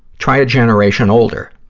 try a generation older.